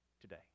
today